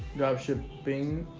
drive should bing.